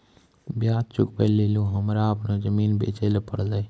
ब्याज चुकबै लेली हमरा अपनो जमीन बेचै ले पड़लै